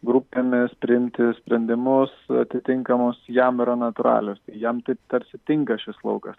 grupėmis priimti sprendimus atitinkamus jam yra natūralios ir jam taip tarsi tinka šis laukas